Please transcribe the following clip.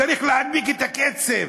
צריך להדביק את הקצב.